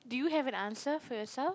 do you have an answer for yourself